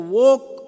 walk